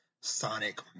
Sonic